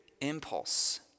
impulse